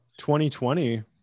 2020